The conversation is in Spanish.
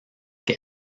que